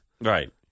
right